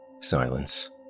Silence